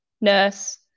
nurse